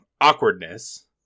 awkwardness